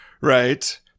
Right